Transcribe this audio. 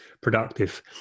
productive